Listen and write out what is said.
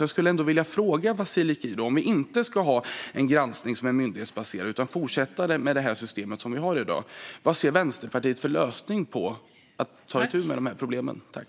Jag skulle vilja fråga Vasiliki: Vilken lösning ser Vänsterpartiet för att ta itu med de här problemen om vi inte ska ha en granskning som är myndighetsbaserad utan fortsätta med det system som vi har i dag?